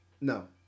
No